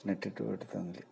നെറ്റിട്ട് കൊടുക്കുകയാണെങ്കിൽ